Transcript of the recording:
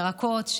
ירקות,